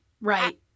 right